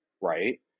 right